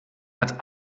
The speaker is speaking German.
hat